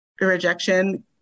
rejection